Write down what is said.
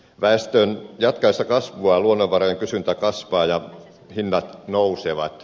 väestön jatkaessa kasvuaan luonnonvarojen kysyntä kasvaa ja hinnat nousevat